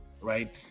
Right